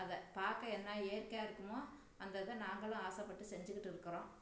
அதை பார்க்க என்ன இயற்கையாக இருக்குமோ அந்த இதை நாங்களும் ஆசைப்பட்டு செஞ்சிக்கிட்டு இருக்கிறோம்